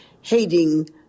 hating